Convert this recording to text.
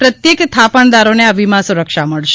પ્રત્યેક થાપણદારોને આ વીમા સુરક્ષા મળશે